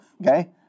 Okay